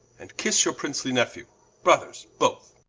and kis your princely nephew brothers both